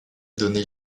donner